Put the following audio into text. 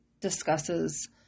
discusses